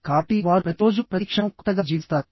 కాబట్టి వారు ప్రతిరోజూ ప్రతి క్షణం కొత్తగా జీవిస్తారు